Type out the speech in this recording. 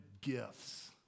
gifts